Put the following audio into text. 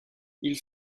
ils